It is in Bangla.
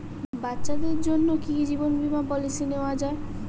বাচ্চাদের জন্য কি জীবন বীমা পলিসি নেওয়া যায়?